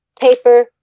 paper